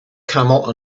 camel